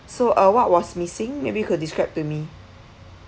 so uh what was missing maybe you could describe to me